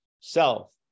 Self